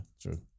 true